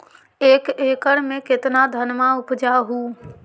एक एकड़ मे कितना धनमा उपजा हू?